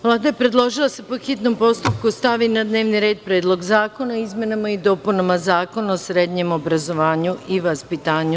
Vlada je predložila da se, po hitnom postupku, stavi na dnevni red Predlog zakona o izmenama i dopunama Zakona o srednjem obrazovanju i vaspitanju.